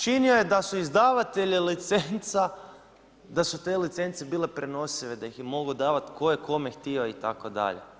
Činio je da su izdavatelji licenca, da su te licence bile prenosive, da ih je mogao davat tko je kome htio itd.